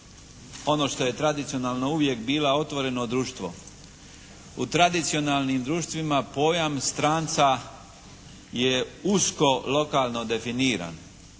ono što je tradicionalno uvijek bila, otvoreno društvo. U tradicionalnim društvima pojam stranca je usko lokalno definiran.